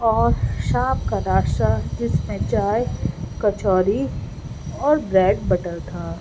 اور شام کا ناشتا جس میں چائے کچوڑی اور بریڈ بٹر تھا